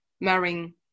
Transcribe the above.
marrying